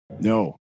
No